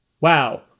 Wow